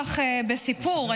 לפתוח בסיפור.